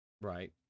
Right